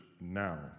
now